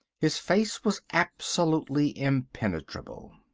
his face was absolutely impenetrable.